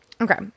Okay